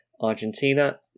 Argentina